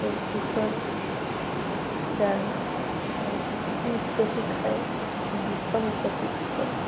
ସେ teacher dance ନୃତ୍ୟ ଶିଖାଏ ଗୀତ ମିଶା ଶିଖାଏ